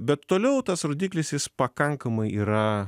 bet toliau tas rodiklis jis pakankamai yra